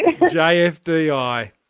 JFDI